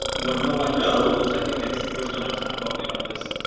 um, god, no one knows, i think, and it's the first time i'm so i'm talking about this.